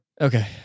Okay